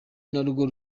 narwo